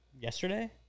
yesterday